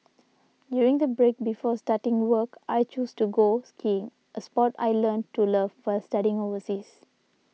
during the break before starting work I chose to go skiing a sport I learnt to love while studying overseas